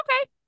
okay